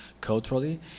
culturally